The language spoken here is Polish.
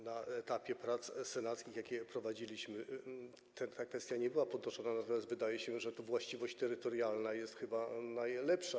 Na etapie prac senackich, jakie prowadziliśmy, ta kwestia nie była podnoszona, natomiast wydaje się, że właściwość terytorialna jest najlepsza.